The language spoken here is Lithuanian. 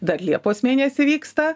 dar liepos mėnesį vyksta